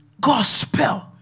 gospel